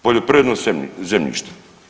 Poljoprivredno zemljište.